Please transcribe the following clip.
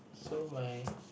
so my